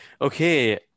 okay